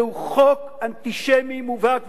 זהו חוק אנטישמי מובהק,